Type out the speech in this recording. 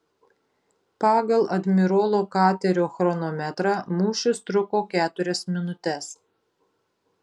pagal admirolo katerio chronometrą mūšis truko keturias minutes